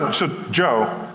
um so, jo,